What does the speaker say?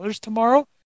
tomorrow